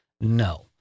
No